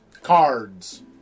Cards